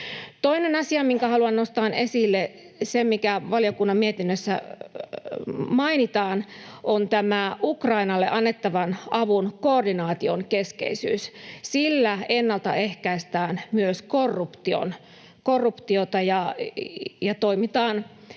Toinen asia, minkä haluan nostaa esille — sen, mikä valiokunnan mietinnössä mainitaan — on tämä Ukrainalle annettavan avun koordinaation keskeisyys. Sillä ennalta ehkäistään myös korruptiota ja toimitaan